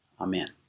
Amen